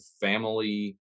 family